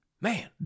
Man